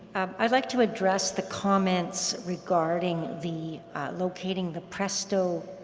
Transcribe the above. i'd like to address the comments regarding the locating the presto